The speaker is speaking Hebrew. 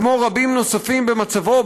כמו רבים נוספים במצבו,